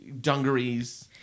dungarees